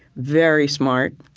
very smart,